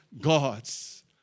gods